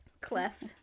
Cleft